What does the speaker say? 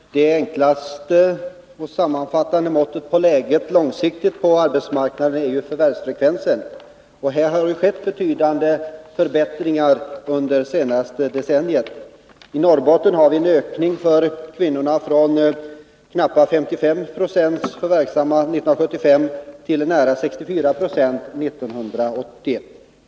Herr talman! Det enklaste och sammanfattande måttet på läget långsiktigt på arbetsmarknaden är förvärvsfrekvensen. Här har det skett betydande förbättringar under det senaste decenniet. I Norrbotten har vi en ökning för kvinnorna från knappa 55 20 förvärvsverksamma 1975 till nära 64 90 år 1981.